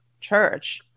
church